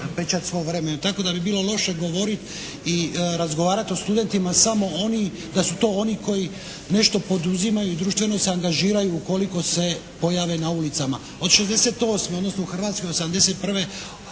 pečat svom vremenu. Tako da bi bilo loše govorit i razgovarat o studentima samo oni, da su oni koji nešto poduzimaju i društveno se angažiraju ukoliko se pojave na ulicama. Od '68. odnosno u Hrvatskoj od